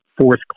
Fourth